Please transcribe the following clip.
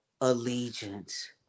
allegiance